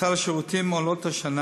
השנה